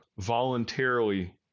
voluntarily